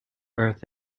earth